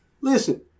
listen